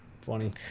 Funny